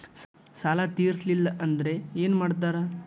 ಸಾಲ ತೇರಿಸಲಿಲ್ಲ ಅಂದ್ರೆ ಏನು ಮಾಡ್ತಾರಾ?